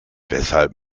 weshalb